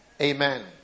Amen